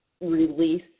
release